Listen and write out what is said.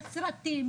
בסרטים